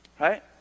right